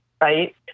right